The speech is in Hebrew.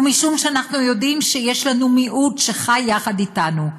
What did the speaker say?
ומשום שאנחנו יודעים שיש לנו מיעוט שחי יחד איתנו,